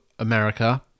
America